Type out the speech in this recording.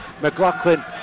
McLaughlin